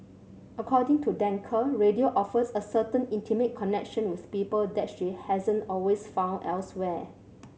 according to Danker radio offers a certain intimate connection with people that she hasn't always found elsewhere